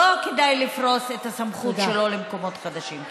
לא כדאי לפרוס את הסמכות שלו למקומות חדשים.